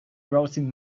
browsing